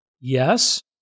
Yes